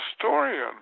historian